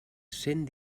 cent